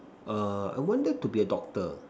err I wanted to be a doctor